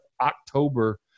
October